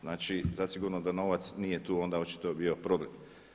Znači zasigurno da novac nije tu onda očito bio problem.